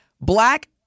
black